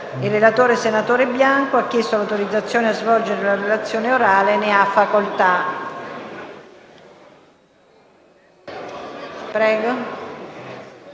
Il relatore, senatore Bianco, ha chiesto l'autorizzazione a svolgere la relazione orale. Non facendosi